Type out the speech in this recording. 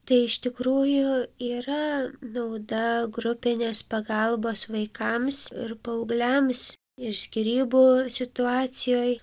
tai iš tikrųjų yra nauda grupinės pagalbos vaikams ir paaugliams ir skyrybų situacijoj